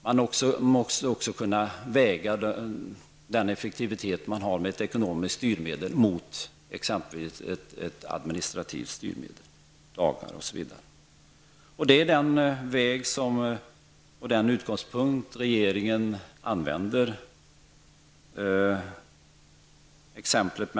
Man måste också kunna väga effektiviteten hos ekonomiska styrmedel mot exempelvis ett administrativt styrmedel, lagar osv. Det är också den väg som regeringen använder.